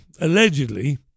allegedly